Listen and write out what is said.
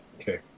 Okay